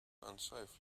unsafe